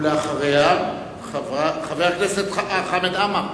ואחריה, חבר הכנסת חמד עמאר.